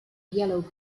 yellow